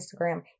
Instagram